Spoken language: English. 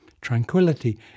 Tranquility